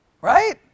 Right